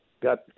got